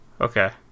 Okay